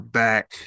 back